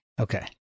Okay